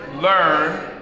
Learn